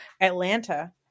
Atlanta